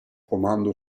comando